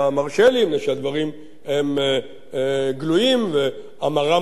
מפני שהדברים גלויים ואמרם בתקשורת,